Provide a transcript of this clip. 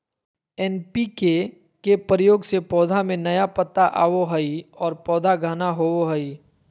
NPK के प्रयोग से पौधा में नया पत्ता आवो हइ और पौधा घना होवो हइ